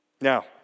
Now